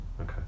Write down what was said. Okay